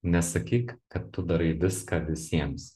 nesakyk kad tu darai viską visiems